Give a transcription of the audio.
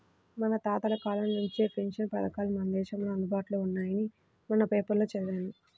మన తాతల కాలం నుంచే పెన్షన్ పథకాలు మన దేశంలో అందుబాటులో ఉన్నాయని మొన్న పేపర్లో చదివాను